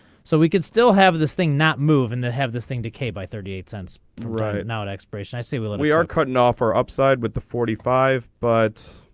so we could still have this thing not moving to have this thing to k. by thirty eight cents. right now at expiration i see will and we are cutting off our upside with the forty five. but.